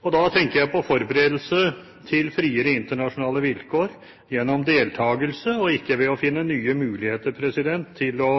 Da tenker jeg på forberedelse til friere internasjonale vilkår gjennom deltakelse og ikke ved å finne nye muligheter til å